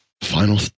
final